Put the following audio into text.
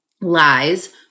lies